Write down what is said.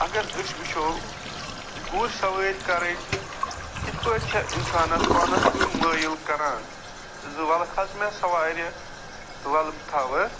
اگر أسۍ وٕچھو گُرۍ سوٲرۍ کَرٕنۍ کِتھ پٲٹھۍ چھےٚ اِنسانس پانس کُن مٲیل کَران زٕ وَلہٕ کھس مےٚ سوارِ تہٕ وَلہٕ بہٕ تھاوتھ